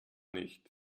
nicht